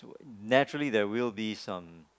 naturally there will be some